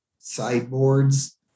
sideboards